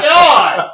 God